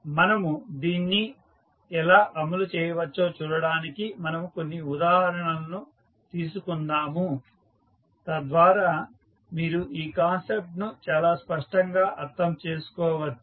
మనము దీన్ని ఎలా అమలు చేయవచ్చో చూడటానికి మనము కొన్ని ఉదాహరణలను తీసుకుందాము తద్వారా మీరు ఈ కాన్సెప్ట్ ను చాలా స్పష్టంగా అర్థం చేసుకోవచ్చు